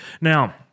Now